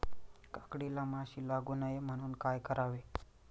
काकडीला माशी लागू नये म्हणून काय करावे?